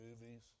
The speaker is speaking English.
movies